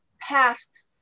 past